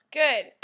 good